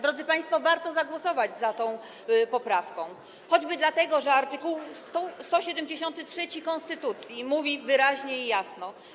Drodzy państwo, warto zagłosować za tą poprawką, choćby dlatego że art. 173 konstytucji mówi wyraźnie i jasno: